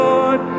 Lord